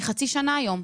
היא חצי שנה היום.